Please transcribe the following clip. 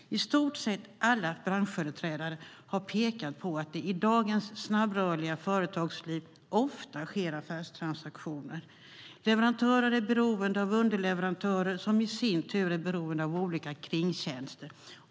I stort sett alla branschföreträdare har pekat på att det i dagens snabbrörliga företagsliv ofta sker affärstransaktioner. Leverantörer är beroende av underleverantörer som i sin tur är beroende av olika kringtjänster.